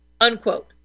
unquote